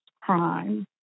crime